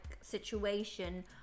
situation